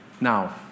Now